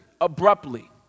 abruptly